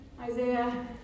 Isaiah